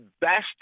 best –